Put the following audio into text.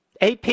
AP